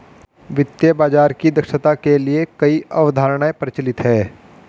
वित्तीय बाजार की दक्षता के लिए कई अवधारणाएं प्रचलित है